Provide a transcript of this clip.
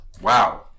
Wow